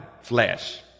flesh